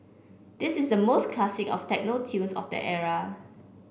this is the most classic of techno tunes of that era